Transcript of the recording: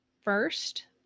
first